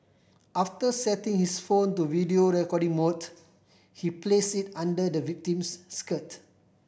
after setting his phone to video recording mode he place it under the victim's skirt